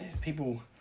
people